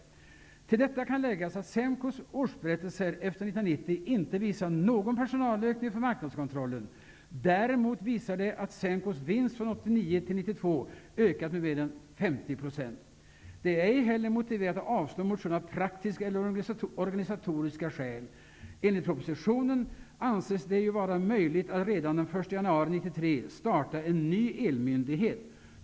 Till detta kan läggas att SEMKO:s årsberättelser efter 1990 inte visar någon personalökning för marknadskontrollen. Däremot visar de att SEMKO:s vinst från 1989 till 1992 har ökat med mer än 50 %. Det är ej heller motiverat att avstyrka motionen av praktiska eller organisatoriska skäl. Enligt propositionen anses det ju vara möjligt att redan den 1 januari 1993 starta en ny elmyndighet.